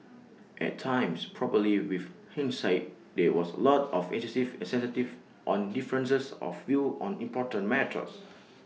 at times probably with hindsight there was A lot of excessive sensitivity on differences of views on important matters